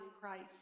Christ